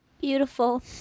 beautiful